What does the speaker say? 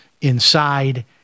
inside